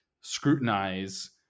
scrutinize